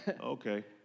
Okay